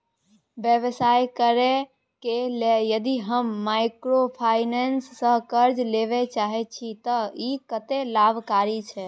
व्यवसाय करे के लेल यदि हम माइक्रोफाइनेंस स कर्ज लेबे चाहे छिये त इ कत्ते लाभकारी छै?